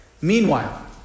Meanwhile